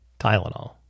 Tylenol